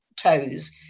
toes